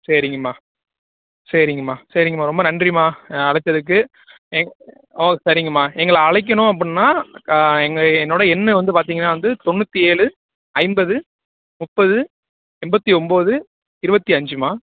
சரிங்கம்மா சரிங்கம்மா சரிங்கம்மா ரொம்ப நன்றிம்மா அழைச்சதுக்கு எங் ஓ சரிங்கம்மா எங்களை அழைக்கணும் அப்பிடின்னா எங்கள் என்னோடய எண் வந்து பார்த்தீங்கன்னா வந்து தொண்ணூற்றி ஏழு ஐம்பது முப்பது எண்பத்தி ஒம்பது இருபத்தி அஞ்சும்மா